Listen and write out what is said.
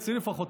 אצלי לפחות,